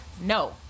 No